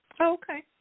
Okay